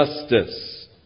Justice